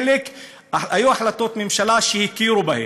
היו החלטות ממשלה שהכירו בהם.